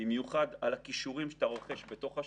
במיוחד על הכישורים שרוכש בתוך השירות,